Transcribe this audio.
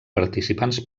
participants